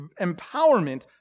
empowerment